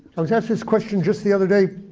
i was asked this question just the other day